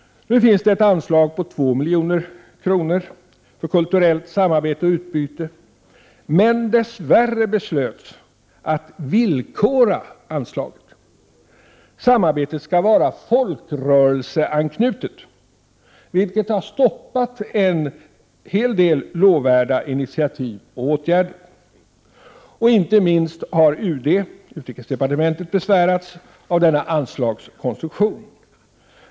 Nu finns det ett anslag på 2 miljoner för kulturellt samarbete och utbyte. Men dess värre beslöts att villkora anslaget. Samarbetet skall vara folkrörelseanknutet, vilket har stoppat en hel del lovvärda initiativ och åtgärder. Icke minst har utrikesdepartementet besvärats av denna anslagskonstruktion.